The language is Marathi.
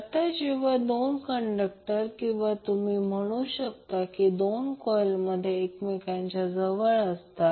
आता जेव्हा दोन कंडक्टर किंवा तुम्ही म्हणू शकता दोन कॉइलमधे एकमेकांच्या जवळ असतात